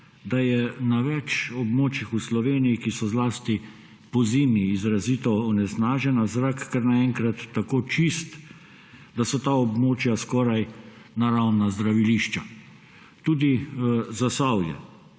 da je na več območjih v Sloveniji, ki so zlasti pozimi izrazito onesnažena, zrak kar naenkrat tako čist, da so ta območja celo naravna zdravilišča. Tudi Zasavje.